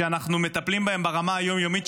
שאנחנו מטפלים בהם ברמה היום-יומית,